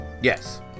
Yes